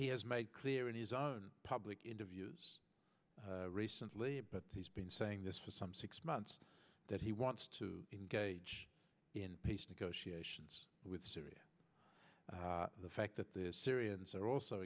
he has made clear in his own public interviews recently but he's been saying this for some six months that he wants to engage in peace negotiations with syria the fact that the syrians are also